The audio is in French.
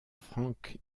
frank